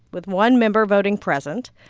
with one member voting present.